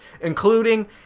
including